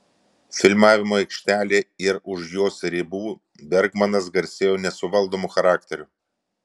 filmavimo aikštelėje ir už jos ribų bergmanas garsėjo nesuvaldomu charakteriu